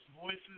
voices